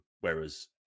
Whereas